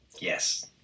yes